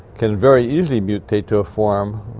can very easily mutate to a form,